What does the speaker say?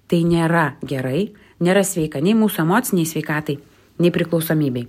tai nėra gerai nėra sveika nei mūsų emocinei sveikatai nei priklausomybei